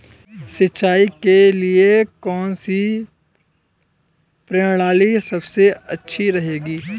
सिंचाई के लिए कौनसी प्रणाली सबसे अच्छी रहती है?